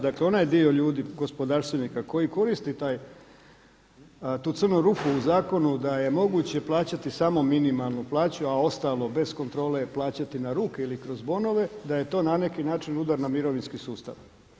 Dakle onaj dio ljudi gospodarstvenika koji koristi tu crnu rupu u zakonu da je moguće plaćati samo minimalnu plaću, a ostalo bez kontrole plaćati na ruke ili kroz bonove da je to na neki način udar na mirovinski sustav.